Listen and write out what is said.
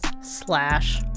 slash